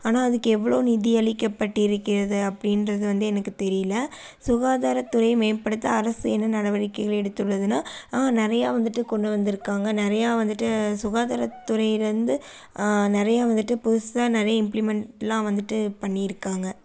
ஆனால் அதுக்கு எவ்வளோ நிதி அளிக்கப்பட்டு இருக்கிறது அப்படின்றது வந்து எனக்கு தெரியலை சுகாதாரத்துறை மேம்படுத்த அரசு என்ன நடவடிக்கைகளை எடுத்துள்ளதுனா ஆ நிறையா வந்துட்டு கொண்டு வந்துருக்காங்க நிறையா வந்துட்டு சுகாதார துறையிலிருந்து நிறையா வந்துட்டு புதுசாக நிறைய இம்ப்ளிமெண்ட்லாம் வந்துட்டு பண்ணிருக்காங்க